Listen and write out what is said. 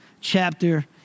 chapter